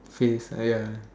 face !aiya!